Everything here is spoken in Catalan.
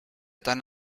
tant